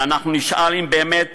ואנחנו נשאל אם באמת